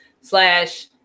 slash